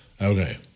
Okay